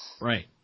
Right